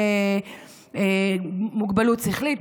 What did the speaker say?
מוגבלות שכלית,